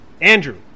Andrew